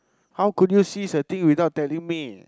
how could you cease the thing without telling me